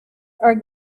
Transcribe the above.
are